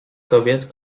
kobiet